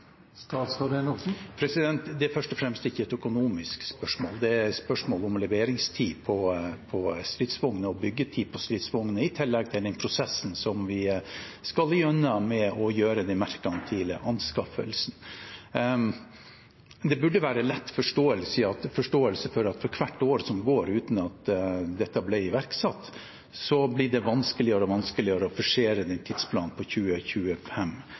Det er først og fremst ikke et økonomisk spørsmål. Det er spørsmål om leveringstid og byggetid for stridsvogner – i tillegg til den prosessen som vi skal igjennom med den merkantile anskaffelsen. Det burde være forståelse for at for hvert år som går uten at dette blir iverksatt, blir det vanskeligere og vanskeligere å forsere tidsplanen for 2025